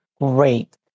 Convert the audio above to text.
great